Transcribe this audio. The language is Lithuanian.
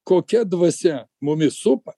kokia dvasia mumis supa